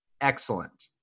Excellent